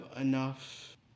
enough